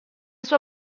sua